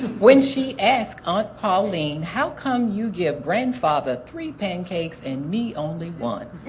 when she asked aunt colleen, how come you give grandfather three pancakes and me only one?